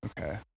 okay